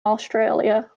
australia